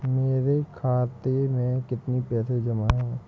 मेरे खाता में कितनी पैसे जमा हैं?